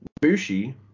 Bushi